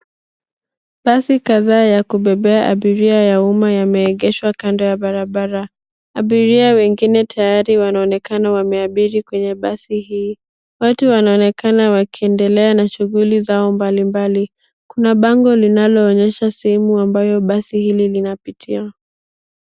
Basi kadhaa ya kubebea abiria ya umma yameegeshwa kando ya barabara. Abiria wengine tayari wanaonekana wameabiri kwenye basi hii. Watu wanaonekana wakiendelea na shuguli zao mbalimbali. Kuna bango linaloonyesha sehemu ambayo basi hili linapitia.